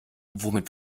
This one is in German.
womit